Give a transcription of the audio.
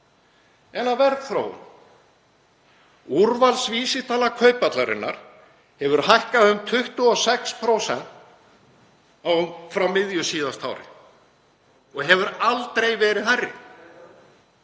Að verðþróun: Úrvalsvísitala Kauphallarinnar hefur hækkað um 26% frá miðju síðasta ári og hefur aldrei verið hærri